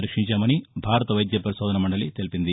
పరీక్షించామని భారత వైద్య పరిశోధనా మండలి వెల్లడించింది